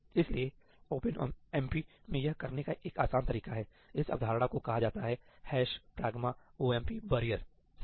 इसलिए OpenMP में यह करने का एक आसान तरीका है इस अवधारणा को कहा जाता है ' pragma omp barrier' सही है